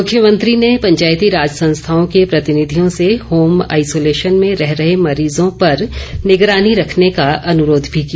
मुख्यमंत्री ने पंचायती राज संस्थाओं के प्रतिनिधियों से होम आईसोलेशन में रह रहे मरीजों पर निगरानी रखने का अनुरोध भी किया